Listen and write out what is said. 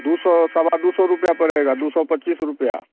दो सौ सवा दो सौ रुपये पड़ेगा दो सौ पच्चीस रुपये